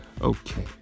okay